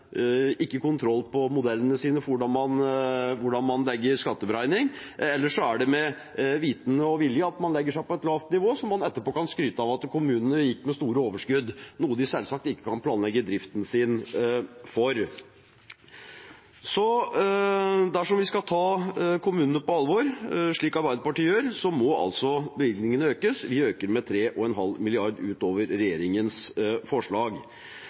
ikke kontroll på modellene sine for hvordan man legger skatteberegning, eller så er det med viten og vilje at man legger seg på et lavt nivå, slik at man etterpå kan skryte av at kommunene gikk med store overskudd, noe de selvsagt ikke kan planlegge driften sin for. Dersom vi skal ta kommunene på alvor, slik Arbeiderpartiet gjør, må bevilgningene økes. Vi øker med 3,5 mrd. kr utover regjeringens forslag.